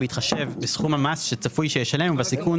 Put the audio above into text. בהתחשב בסכום המס שצפוי שישלם ובסיכון